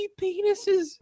penises